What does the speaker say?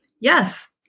Yes